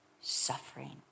suffering